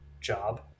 job